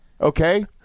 Okay